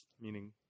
meaning